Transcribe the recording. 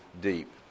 deep